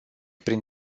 prin